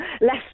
less